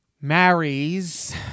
marries